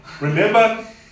remember